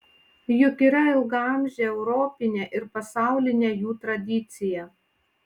juk yra ilgaamžė europinė ir pasaulinė jų tradicija